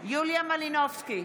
יוליה מלינובסקי,